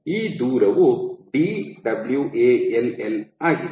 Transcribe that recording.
ಈ ದೂರವು Dwall ಆಗಿದೆ